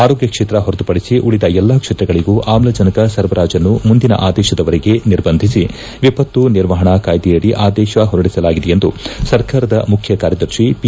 ಆರೋಗ್ಯ ಕ್ಷೇತ್ರ ಹೊರತುಪಡಿಸಿ ಉಳಿದ ಎಲ್ಲಾ ಕ್ಷೇತ್ರಗಳಿಗೂ ಆಮ್ನಜನಕ ಸರಬರಾಜನ್ನು ಮುಂದಿನ ಆದೇಶದವರೆಗೆ ನಿರ್ಬಂದಿಸಿ ವಿಪತ್ತು ನಿರ್ವಪಣಾ ಕಾಯ್ದೆಯಡಿ ಆದೇಶ ಹೊರಡಿಸಲಾಗಿದೆ ಎಂದು ಸರ್ಕಾರದ ಮುಖ್ಯ ಕಾರ್ಯದರ್ತಿ ಪಿ